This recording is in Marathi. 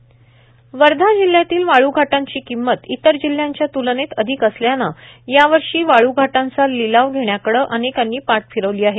वाळ्घाटांची किंमत वर्धा जिल्ह्यातील वाळूघाटांची किंमत इतर जिल्ह्याच्या तुलनेत अधिक असल्याने यावर्षी वाळ्घाटांचा लिलाव घेण्याकडे अनेकांनी पाठ फिरविली आहे